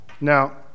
Now